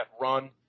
run